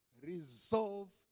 resolve